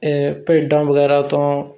ਭੇਡਾਂ ਵਗੈਰਾ ਤੋਂ